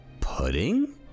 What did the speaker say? pudding